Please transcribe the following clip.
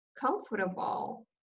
comfortable